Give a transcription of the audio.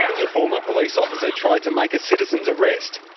the former police officer tried to make a citizen's arrest.